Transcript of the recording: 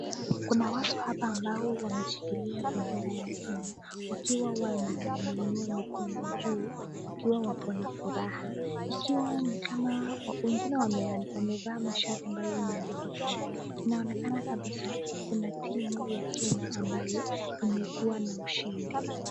Kuna watu hapa ambao wameshikilia bendera ya Kenya, wakiwa wanainua mikono juu, wakiwa wakona furaha ikiwa ni kama wengine wamevaa mashati ambayo imeandikwa Kenya. Inaonekana kabisa kuna timu ya Kenya ambayo imekuwa na ushindi.